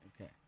Okay